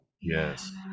yes